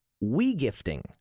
we-gifting